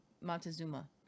Montezuma